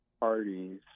parties